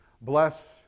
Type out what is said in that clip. Bless